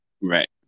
right